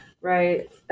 right